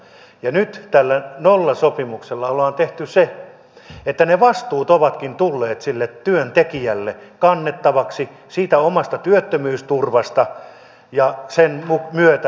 ja nyt tällä nollasopimuksella on tehty se että ne vastuut ovatkin tulleet sille työntekijälle kannettavaksi siitä omasta työttömyysturvasta ja sen myötä sanktioina